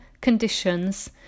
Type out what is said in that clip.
conditions